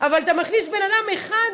אבל אתה מכניס בן אדם אחד